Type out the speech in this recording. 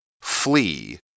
Flee